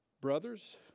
Brothers